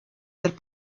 del